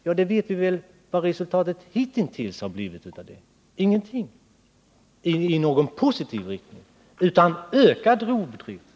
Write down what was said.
Vi vet vad resultatet hittills har blivit av det — ingenting i positiv riktning utan ökad rovdrift.